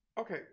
Okay